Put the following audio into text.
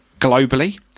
globally